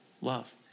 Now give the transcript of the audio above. love